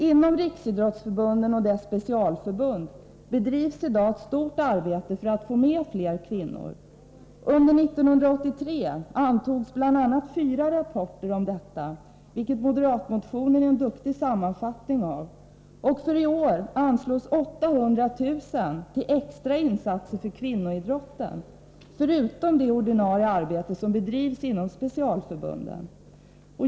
Inom Riksidrottsförbundet och dess specialförbund bedrivs i dag ett stort arbete för att få med fler kvinnor. Under 1983 antogs bl.a. fyra rapporter om detta, vilka moderatmotionen är en duktigt gjord sammanfattning av. För i år anslås 800 000 kr. till extra insatser för kvinnoidrotten, förutom det ordinarie arbete som bedrivs inom specialförbunden.